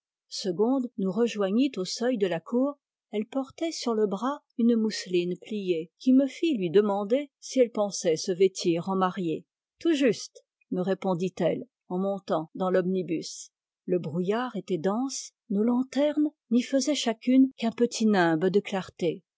segonde nous rejoignit au seuil de la cour elle portait sur le bras une mousseline pliée qui me fit lui demander si elle pensait se vêtir en mariée tout juste me répondit-elle en montant dans l'omnibus le brouillard était dense nos lanternes n'y faisaient chacune qu'un petit nimbe de clarté